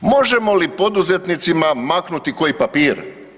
Možemo li poduzetnicima maknuti koji papir?